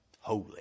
holy